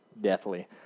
deathly